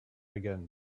again